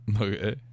Okay